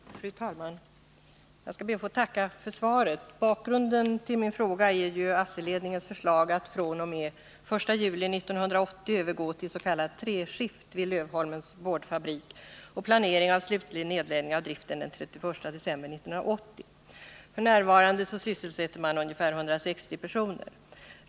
Fru talman! Jag skall be att få tacka för svaret. Bakgrunden till min fråga är ju ASSI-ledningens förslag att fr.o.m. den 1 juli 1980 övergå till s.k. treskift vid Lövholmens boardfabrik och planering av slutlig nedläggning av driften den 31 december 1980. F.n. sysselsätts ungefär 160 personer.